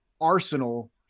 arsenal